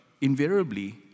invariably